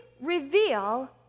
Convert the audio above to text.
reveal